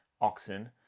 oxen